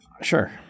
Sure